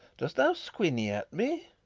dost thou squiny at me?